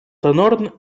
tenor